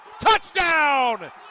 Touchdown